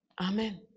Amen